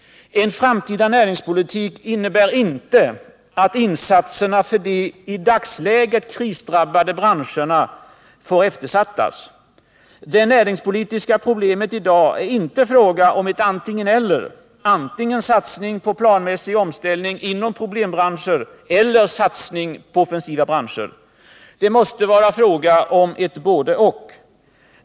En framtidsinriktad näringspolitik innebär inte att insatserna för de i dagsläget krisdrabbade branscherna får eftersättas. Det näringspolitiska problemet i dag är inte en fråga om ett antingen-eller; antingen satsning på planmässig omställning inom problembranscher eller satsning på offensiva branscher. Det måste vara fråga om ett både-och.